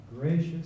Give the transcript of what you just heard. gracious